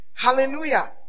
Hallelujah